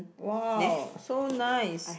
!wow! so nice